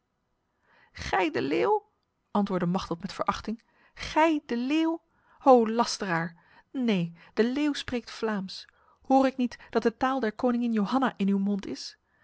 gij de leeuw antwoordde machteld met verachting gij de leeuw o lasteraar neen de leeuw spreekt vlaams hoor ik niet dat de taal der koningin johanna in uw mond is